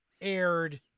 aired